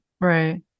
right